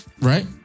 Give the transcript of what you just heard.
Right